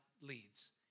leads